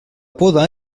poda